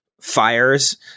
fires